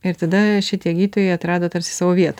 ir tada šitie gydytojai atrado tarsi savo vietą